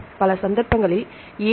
சில சந்தர்ப்பங்களில் A